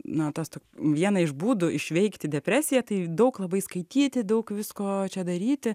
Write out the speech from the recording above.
na tas tok vieną iš būdų išveikti depresiją tai daug labai skaityti daug visko čia daryti